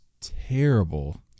terrible